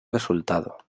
resultado